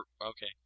Okay